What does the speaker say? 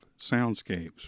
soundscapes